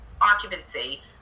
occupancy